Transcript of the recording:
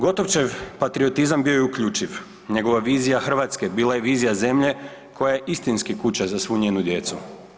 Gotovčev patriotizam bio je uključiv, njegova vizija Hrvatske bila je vizija zemlje koja je istinski kuća za svu njenu djecu.